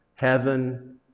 Heaven